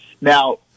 Now